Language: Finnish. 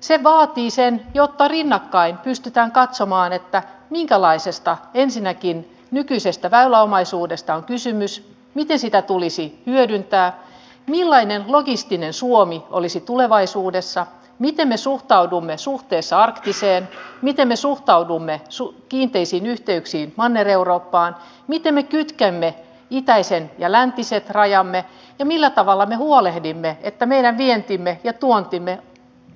se vaatii sen jotta rinnakkain pystytään katsomaan minkälaisesta nykyisestä väyläomaisuudesta ensinnäkin on kysymys miten sitä tulisi hyödyntää millainen logistinen suomi olisi tulevaisuudessa miten me suhtaudumme arktiseen miten me suhtaudumme kiinteisiin yhteyksiin manner eurooppaan miten me kytkemme itäisen ja läntisen rajamme ja millä tavalla me huolehdimme että meidän vientimme ja tuontimme